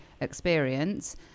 experience